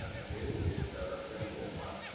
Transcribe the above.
ah new it's representative wolgamott.